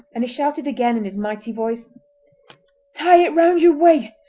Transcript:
and he shouted again in his mighty voice tie it round your waist,